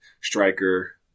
striker